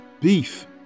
beef